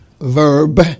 verb